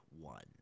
one